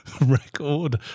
record